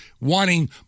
wanting